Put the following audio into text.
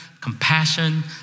compassion